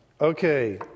Okay